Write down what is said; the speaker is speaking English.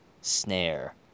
snare